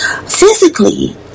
physically